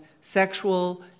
sexual